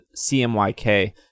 CMYK